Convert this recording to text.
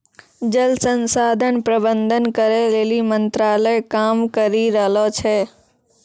जल संसाधन प्रबंधन करै लेली मंत्रालय काम करी रहलो छै